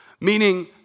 Meaning